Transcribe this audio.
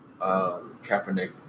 Kaepernick